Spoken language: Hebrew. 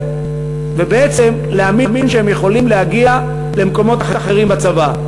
ובעצם להאמין שהם יכולים להגיע למקומות אחרים בצבא.